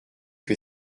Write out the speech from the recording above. que